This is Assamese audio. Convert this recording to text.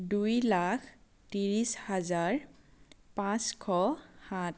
দুই লাখ ত্ৰিছ হাজাৰ পাঁচশ সাত